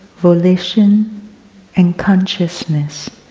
volition and consciousness.